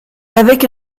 avec